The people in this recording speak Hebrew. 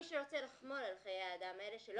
מי שרוצה לחמול על חיי האדם האלה ולגרום